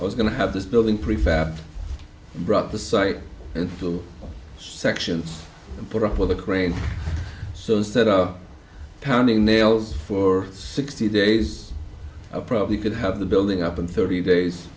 i was going to have this building prefab brought the site and fill sections and put up with a crane so instead of pounding nails for sixty days i probably could have the building up in thirty days